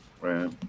Right